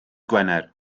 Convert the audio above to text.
gwener